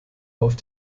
auf